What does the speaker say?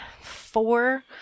four